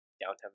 downtown